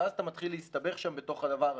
ואז אתה מתחיל להסתבך שם בתוך הדבר הזה.